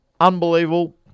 Unbelievable